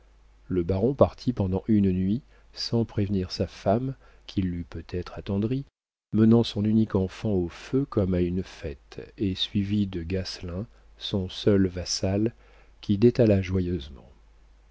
le baron partit pendant une nuit sans prévenir sa femme qui l'eût peut-être attendri menant son unique enfant au feu comme à une fête et suivi de gasselin son seul vassal qui détala joyeusement